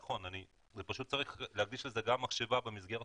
נכון, אבל פשוט צריך להקדיש לזה גם מחשבה במסגרת